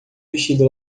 vestido